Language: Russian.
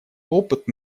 опыт